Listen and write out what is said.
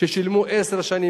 ששילמו עשר שנים,